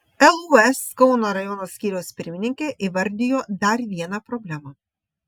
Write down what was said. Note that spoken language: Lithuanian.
lūs kauno rajono skyriaus pirmininkė įvardijo dar vieną problemą